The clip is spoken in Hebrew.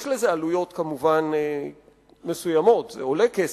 מובן שיש לזה עלויות מסוימות, זה עולה כסף,